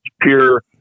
pure